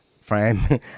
frame